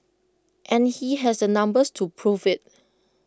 and he has the numbers to prove IT